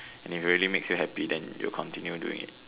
and it really makes you happy then you'll continue doing it